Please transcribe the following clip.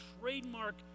trademark